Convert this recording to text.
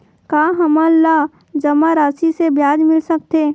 का हमन ला जमा राशि से ब्याज मिल सकथे?